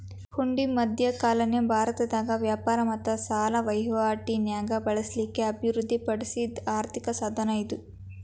ಹುಂಡಿ ಮಧ್ಯಕಾಲೇನ ಭಾರತದಾಗ ವ್ಯಾಪಾರ ಮತ್ತ ಸಾಲ ವಹಿವಾಟಿ ನ್ಯಾಗ ಬಳಸ್ಲಿಕ್ಕೆ ಅಭಿವೃದ್ಧಿ ಪಡಿಸಿದ್ ಆರ್ಥಿಕ ಸಾಧನ ಇದು